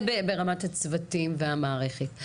זה ברמת הצוותים והמערכת.